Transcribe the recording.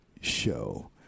Show